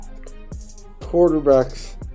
Quarterbacks